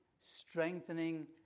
strengthening